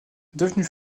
devenue